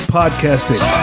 podcasting